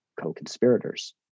co-conspirators